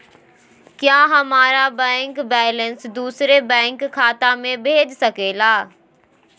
क्या हमारा bank balance दूसरे बैंक खाता में भेज सके ला?